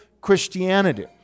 Christianity